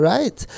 Right